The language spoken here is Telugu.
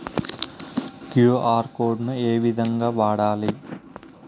క్యు.ఆర్ కోడ్ ను ఏ విధంగా వాడాలి?